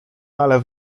ale